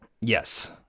yes